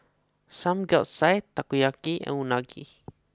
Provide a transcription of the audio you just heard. Samgeyopsal Takoyaki and Unagi